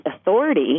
authority